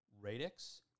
radix